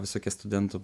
visokias studentų